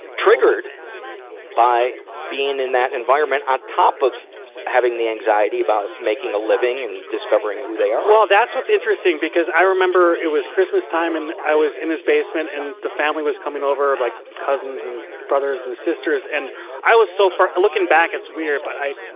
triggered by being in that environment, on top of having the anxiety about making a living and discovering who they are. well, that's what s interesting, because i remember it was christmas time and i was in his basement, and the family was coming over, like cousins and brothers and sisters. and i was so far looking back, it's weird, but i,